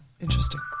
interesting